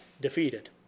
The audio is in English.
defeated